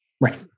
Right